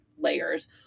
layers